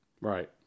Right